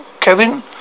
Kevin